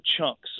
chunks